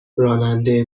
راننده